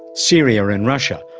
syria and russia,